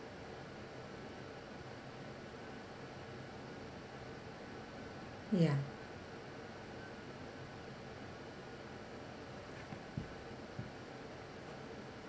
ya